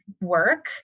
work